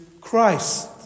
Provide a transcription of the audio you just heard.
Christ